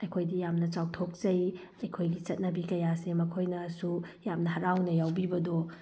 ꯑꯩꯈꯣꯏꯗꯤ ꯌꯥꯝꯅ ꯆꯥꯎꯊꯣꯛꯆꯩ ꯑꯩꯈꯣꯏꯒꯤ ꯆꯠꯅꯕꯤ ꯀꯌꯥꯁꯦ ꯃꯈꯣꯏꯅꯁꯨ ꯌꯥꯝꯅ ꯍꯔꯥꯎꯅ ꯌꯥꯎꯕꯤꯕꯗꯣ